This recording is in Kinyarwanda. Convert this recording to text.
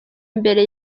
imbere